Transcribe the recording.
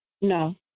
No